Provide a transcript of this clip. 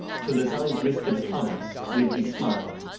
till his eyes rested upon us, when he smiled.